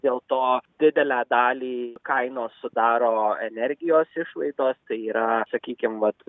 dėl to didelę dalį kainos sudaro energijos išlaidos tai yra sakykim vat